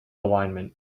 alignment